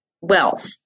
wealth